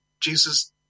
Jesus